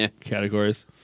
categories